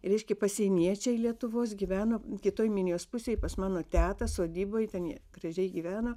reiškia pasieniečiai lietuvos gyveno kitoj minijos pusėj pas mano tetą sodyboj ten jie gražiai gyveno